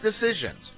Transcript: decisions